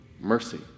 mercy